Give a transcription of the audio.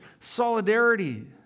solidarity